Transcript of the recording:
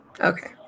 Okay